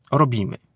robimy